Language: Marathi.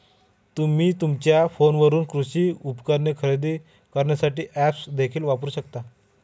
तुम्ही तुमच्या फोनवरून कृषी उपकरणे खरेदी करण्यासाठी ऐप्स देखील वापरू शकता